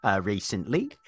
recently